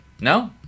No